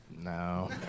No